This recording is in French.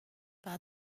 par